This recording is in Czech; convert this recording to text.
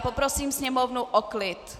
Poprosím sněmovnu o klid.